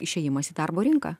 išėjimas į darbo rinką